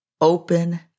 open